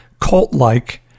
cult-like